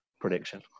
prediction